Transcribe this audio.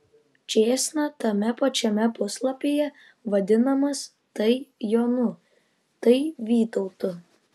čėsna tame pačiame puslapyje vadinamas tai jonu tai vytautu